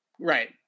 Right